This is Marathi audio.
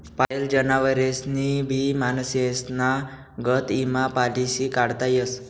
पायेल जनावरेस्नी भी माणसेस्ना गत ईमा पालिसी काढता येस